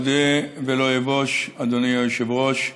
אודה ולא אבוש, אדוני היושב-ראש,